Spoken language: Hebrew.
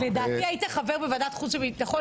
לדעתי היית חבר בוועדת החוץ והביטחון